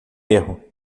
erro